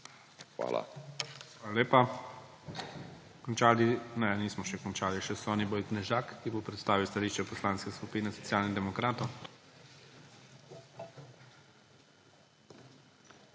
Hvala lepa. Končali … Ne, nismo še končali. Še Soniboj Knežak, ki bo predstavil stališče Poslanske skupine Socialnih demokratov.